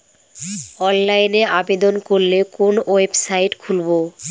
অনলাইনে আবেদন করলে কোন ওয়েবসাইট খুলব?